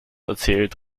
erzählt